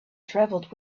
travelled